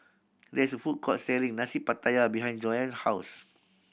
there is a food court selling Nasi Pattaya behind Jonna's house